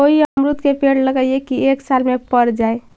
कोन अमरुद के पेड़ लगइयै कि एक साल में पर जाएं?